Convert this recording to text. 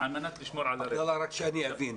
אני רוצה להבין.